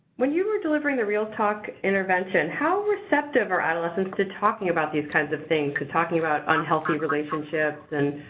when you were delivering the real talk intervention, how receptive are adolescents to talking about these kinds of things? to talking about unhealthy relationships and,